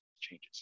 changes